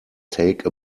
take